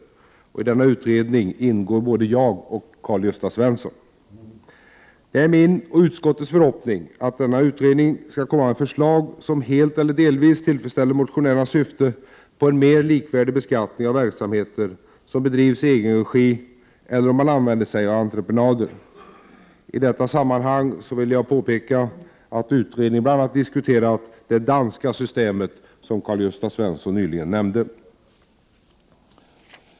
I denna utredning ingår både jag och Karl-Gösta Svenson. Det är min och utskottets förhoppning att denna utredning skall komma med förslag som helt eller delvis tillfredsställer motionärernas syfte på en mer likvärdig beskattning av verksamheter som bedrivs i egen regi eller om man använder sig av entreprenad. I detta sammanhang vill jag påpeka att utredningen bl.a. diskuterat det danska systemet, som Karl-Gösta Svenson nyss nämnde.